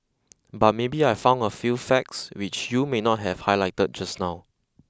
but maybe I found a few facts which you may not have highlighted just now